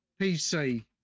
PC